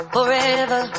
Forever